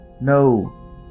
no